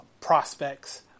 prospects